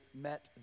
met